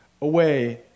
away